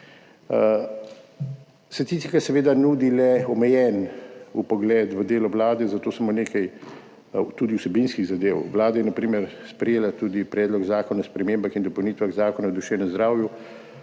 Statistika seveda nudi le omejen vpogled v delo Vlade, zato samo nekaj, tudi vsebinskih, zadev. Vlada je na primer sprejela tudi Predlog zakona o spremembah in dopolnitvah Zakona o duševnem zdravju,